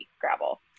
gravel